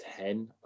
ten